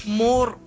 more